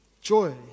joy